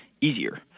easier